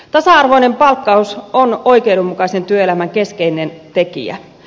tasa arvoinen palkkaus on oikeudenmukaisen työelämän keskeinen tekijä